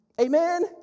Amen